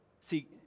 See